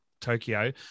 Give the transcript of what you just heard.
Tokyo